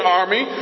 army